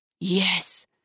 Yes